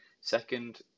second